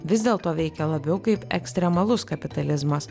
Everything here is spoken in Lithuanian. vis dėlto veikia labiau kaip ekstremalus kapitalizmas